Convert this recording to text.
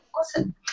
Awesome